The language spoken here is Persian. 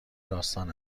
داستان